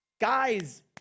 Guys